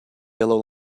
yellow